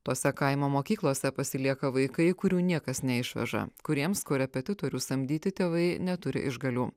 tose kaimo mokyklose pasilieka vaikai kurių niekas neišveža kuriems korepetitorių samdyti tėvai neturi išgalių